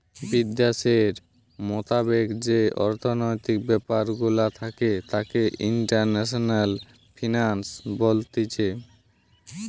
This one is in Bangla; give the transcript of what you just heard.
বিদ্যাশের মোতাবেক যেই অর্থনৈতিক ব্যাপার গুলা থাকে তাকে ইন্টারন্যাশনাল ফিন্যান্স বলতিছে